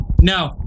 no